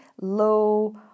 low